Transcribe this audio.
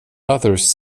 others